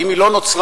אם היא לא נוצרה,